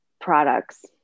products